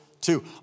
Two